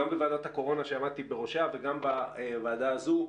גם בוועדת הקורונה שעמדתי בראשה וגם בוועדה הזו,